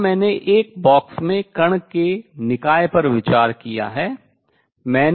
यहां मैंने एक बॉक्स में कण के निकाय पर विचार किया है